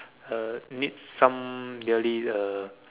uh need some yearly uh